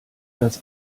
das